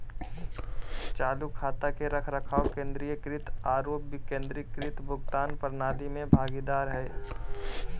चालू खाता के रखरखाव केंद्रीकृत आरो विकेंद्रीकृत भुगतान प्रणाली में भागीदार हइ